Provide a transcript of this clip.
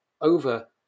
over